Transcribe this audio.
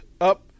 up